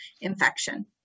infection